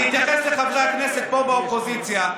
אני אתייחס לחברי הכנסת פה באופוזיציה.